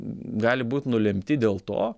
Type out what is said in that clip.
gali būt nulemti dėl to